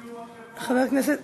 הנה הוא, מקלב פה.